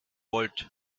volt